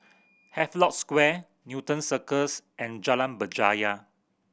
Havelock Square Newton Circus and Jalan Berjaya